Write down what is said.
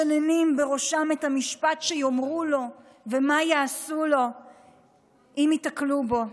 משננים בראשם את המשפט שיאמרו לו ומה יעשו לו אם ייתקלו בו.